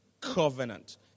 Covenant